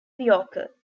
yorker